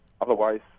Otherwise